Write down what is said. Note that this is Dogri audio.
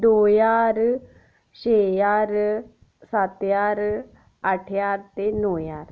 दो ज्हार छे ज्हार सत्त ज्हार अठ्ठ ज्हार ते नौ ज्हार